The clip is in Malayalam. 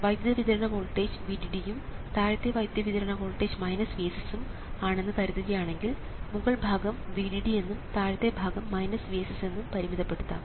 വൈദ്യുത വിതരണ വോൾട്ടേജ് VDD ഉം താഴത്തെ വൈദ്യുത വിതരണ വോൾട്ടേജ് VSS ഉം ആണെന്ന് കരുതുകയാണെങ്കിൽ മുകൾ ഭാഗം VDD എന്നും താഴത്തെ ഭാഗം VSS എന്നും പരിമിതപ്പെടുത്താം